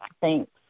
thanks